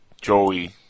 Joey